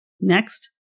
Next